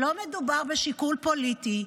לא מדובר בשיקול פוליטי,